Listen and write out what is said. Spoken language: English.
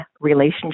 relationship